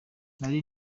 nari